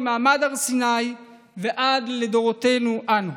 ממעמד הר סיני ועד לדורנו אנו.